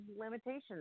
limitations